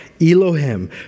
Elohim